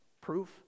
Proof